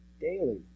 daily